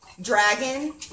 dragon